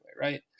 right